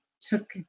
took